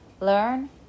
Learn